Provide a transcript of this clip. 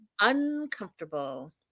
uncomfortable